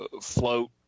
float